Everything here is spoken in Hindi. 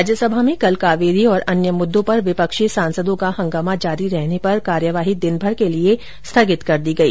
राज्यसभा में कल कावेरी और अन्य मुद्दों पर विपक्षी सांसदों का हंगामा जारी रहने पर कार्यवाही दिनभर के लिए स्थगित कर दी गई